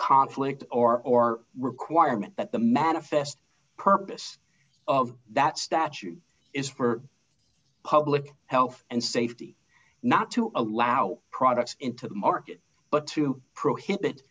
conflict or or requirement that the manifest purpose of that statute is for public health and safety not to allow products into the market but to prohibit